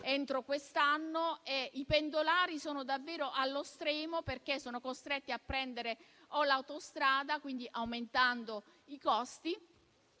quest'anno. I pendolari sono davvero allo stremo perché sono costretti a prendere l'autostrada, quindi aumentando i costi,